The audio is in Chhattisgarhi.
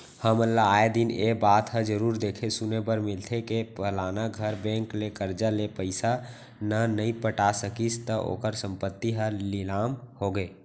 हमन ल आय दिन ए बात ह जरुर देखे सुने बर मिलथे के फलाना घर बेंक ले करजा ले पइसा न नइ पटा सकिस त ओखर संपत्ति ह लिलाम होगे